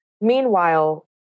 Meanwhile